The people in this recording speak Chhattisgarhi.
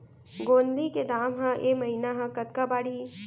गोंदली के दाम ह ऐ महीना ह कतका बढ़ही?